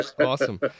Awesome